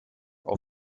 auf